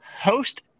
host